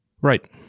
Right